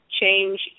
change